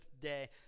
day